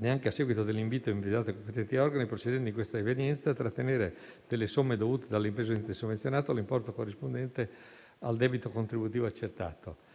ciò anche a seguito dell'invito dei predetti organi a trattenere dalle somme dovute dalle imprese sopra menzionate l'importo corrispondente al debito contributivo accertato.